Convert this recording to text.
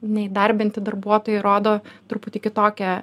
neįdarbinti darbuotojai rodo truputį kitokią